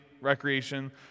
Recreation